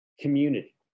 community